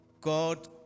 God